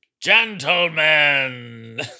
Gentlemen